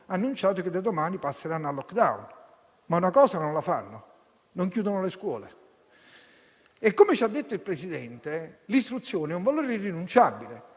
ha annunciato che da domani passeranno al *lockdown*; una cosa però non la faranno: non chiuderanno le scuole. Come ci ha detto il presidente Conte, l'istruzione è un valore irrinunciabile